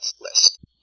list